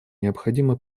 необходимо